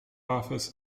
offers